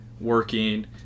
Working